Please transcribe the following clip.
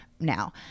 now